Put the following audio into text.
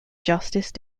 justice